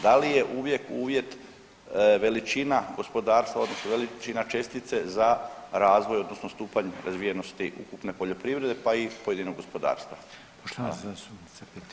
Da li je uvijek uvjet veličina gospodarstva odnosno veličina čestice za razvoj odnosno stupanj razvijenosti ukupne poljoprivrede pa i pojedinog gospodarstva?